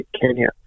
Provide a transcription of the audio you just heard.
Kenya